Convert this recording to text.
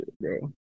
Bro